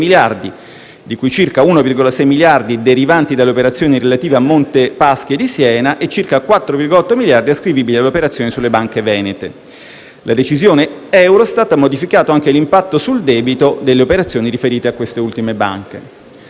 miliardi, di cui circa 1,6 miliardi derivanti dalle operazioni relative a Monte Paschi di Siena e circa 4,8 miliardi ascrivibili alle operazioni sulle banche venete. La decisione Eurostat ha modificato anche l'impatto sul debito delle operazioni riferite alle banche